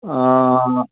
अँ